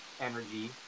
energy